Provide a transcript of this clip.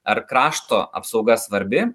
ar krašto apsauga svarbi